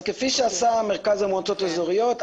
כפי שעשה המרכז למועצות אזוריות,